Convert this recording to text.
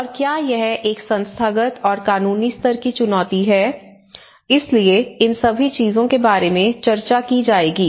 और क्या यह एक संस्थागत और कानूनी स्तर की चुनौती है इसलिए इन सभी चीजों के बारे में चर्चा की जाएगी